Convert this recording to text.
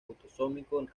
autosómico